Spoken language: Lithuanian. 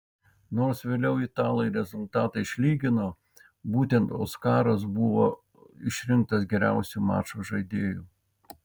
nors vėliau italai rezultatą išlygino būtent oskaras buvo išrinktas geriausiu mačo žaidėju